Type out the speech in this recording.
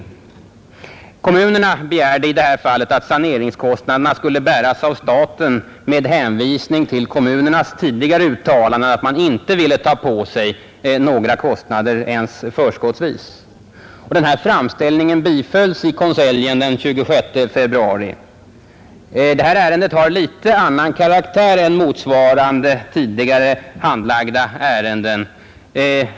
Kommunerna begärde i detta fall att saneringskostnaderna skulle bäras av staten med hänvisning till kommunernas tidigare uttalanden att man inte ville ta på sig några kostnader ens förskottsvis. Denna framställning bifölls i konselj den 26 februari. Detta ärende har alltså en något annan karaktär än motsvarande tidigare handlagda ärenden.